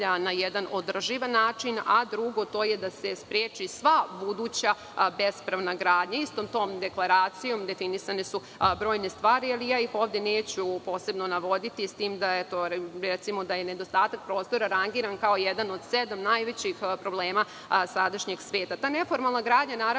na jedan održivi način, a pod dva, da se spreči sva buduća bespravna gradnja. Istom tom deklaracijom definisane su brojne stvari, ali ja ih ovde neću posebno navoditi. Recimo, da je nedostatak prostora rangiran kao jedan od sedam najvećih problema sadašnjeg sveta. Ta neformalna gradnja naravno